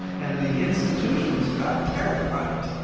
and the institutions got terrified.